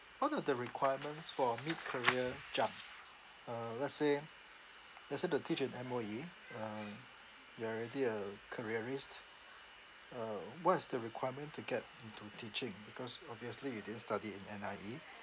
what are the requirements for mid career jump uh let's say let's say to teach in M_O_E um you're already a careerist uh what is the requirement to get into teaching because obviously you didn't study in N_I_E